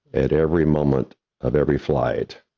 at every moment of every flight,